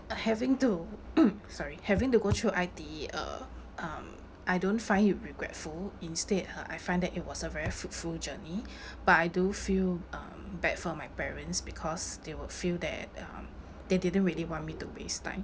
having to sorry having to go through I_T_E uh um I don't find it regretful instead ha I find that it was a very fruitful journey but I do feel um bad for my parents because they will feel that um they didn't really want me to waste time